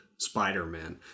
spider-man